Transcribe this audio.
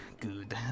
Good